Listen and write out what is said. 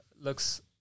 looks